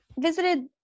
visited